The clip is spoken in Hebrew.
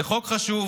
זה חוק חשוב,